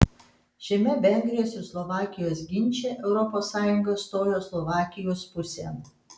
šiame vengrijos ir slovakijos ginče europos sąjunga stojo slovakijos pusėn